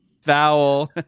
Foul